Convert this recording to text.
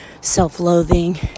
self-loathing